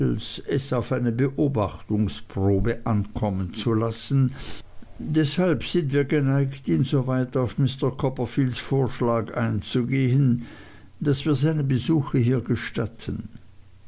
auf eine beobachtungsprobe ankommen zu lassen deshalb sind wir geneigt insoweit auf mr copperfields vorschlag einzugehen daß wir seine besuche hier gestatten